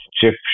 chip